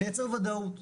לייצר ודאות.